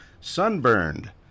Sunburned